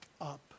up